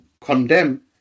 condemn